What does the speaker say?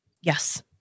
Yes